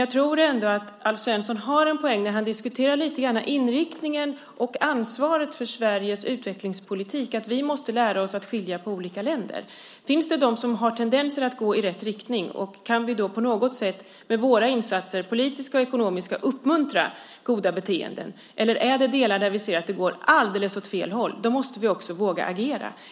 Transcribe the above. Jag tror dock att Alf Svensson har en poäng. Han diskuterar inriktningen och ansvaret för Sveriges utvecklingspolitik. Vi måste lära oss att skilja på olika länder. Det finns de som har tendenser i rätt riktning. Kan vi i så fall med våra insatser, politiska och ekonomiska, uppmuntra goda beteenden? Och om vi ser att det går åt alldeles fel håll i vissa avseenden måste vi också våga agera.